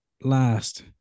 last